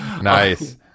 Nice